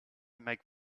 make